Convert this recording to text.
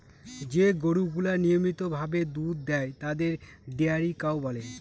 যে গরুগুলা নিয়মিত ভাবে দুধ দেয় তাদের ডেয়ারি কাউ বলে